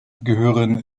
gehören